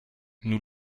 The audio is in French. nous